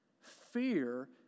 Fear